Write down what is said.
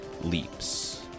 leaps